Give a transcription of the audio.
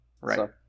Right